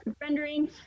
rendering